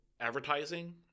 advertising